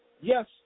yes